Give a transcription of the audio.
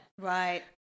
right